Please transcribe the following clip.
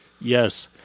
Yes